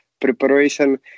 preparation